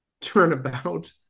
Turnabout